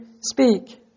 speak